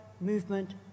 movement